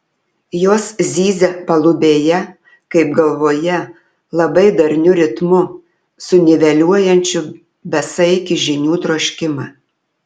jos zyzia palubėje kaip galvoje labai darniu ritmu suniveliuojančiu besaikį žinių troškimą